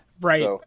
Right